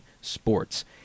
sports